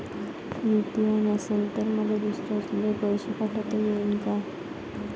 UPI नसल तर मले दुसऱ्याले पैसे पाठोता येईन का?